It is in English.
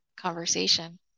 conversation